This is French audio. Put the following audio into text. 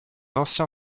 ancien